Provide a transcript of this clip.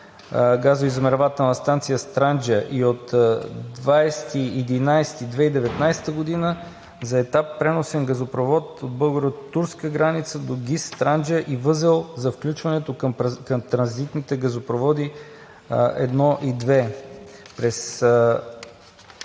газоизмервателна станция „Странджа“ и от 20 ноември 2019 г. за етап преносен газопровод от българо-турската граница до ГИС „Странджа“ и възел до включването към транзитните газопроводи 1 и 2.